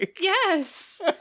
Yes